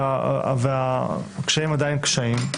והקשיים עדיין קשיים.